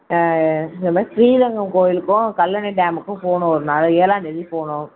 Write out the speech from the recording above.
ஆ இந்த மாதிரி ஸ்ரீரங்கம் கோவிலுக்கும் கல்லணை டமுக்கும் போகணும் ஒரு நாளைக்கு ஏழாந்தேதி போகணும்